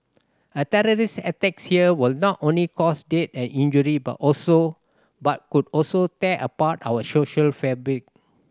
a terrorist attack here will not only cause death and injury but also but could also dare apart our social fabric